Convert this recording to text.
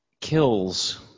kills